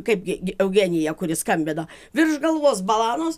kaipgi eugenija kuris skambino virš galvos balanos